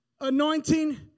anointing